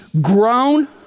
grown